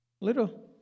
Little